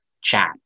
chat